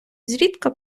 зрідка